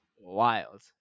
Wild